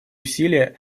усилия